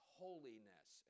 holiness